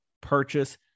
purchase